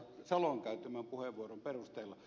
salon käyttämän puheenvuoron perusteella